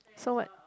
so what